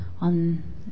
on